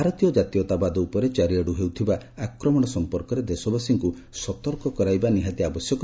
ଭାରତୀୟ ଜାତୀୟତାବାଦ ଉପରେ ଚାରିଆଡ଼ୁ ହେଉଥିବା ଆକ୍ରମଣ ସମ୍ପର୍କ ଦେଶବାସୀଙ୍କୁ ସତର୍କ କରାଇବା ନିହାତି ଆବଶ୍ୟକ